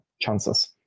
chances